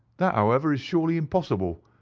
that however is surely impossible.